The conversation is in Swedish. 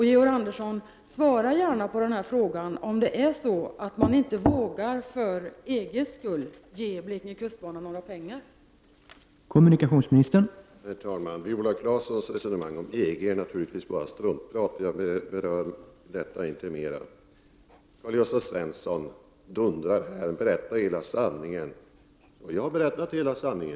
Georg Andersson, svara gärna på den här frågan: Vågar man inte ge Blekinge kustbana några pengar på grund av EG?